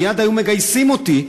מייד היו מגייסים אותי,